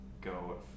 go